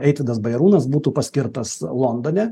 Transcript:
eitvydas bajarūnas būtų paskirtas londone